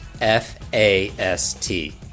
F-A-S-T